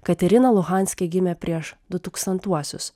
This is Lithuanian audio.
katerina luhanske gimė prieš dutūkstantuosius